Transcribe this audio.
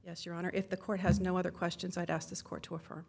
yes your honor if the court has no other questions i'd ask this court to offer